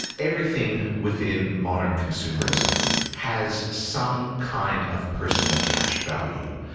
everything within modern consumerism has some kind of personal cash value.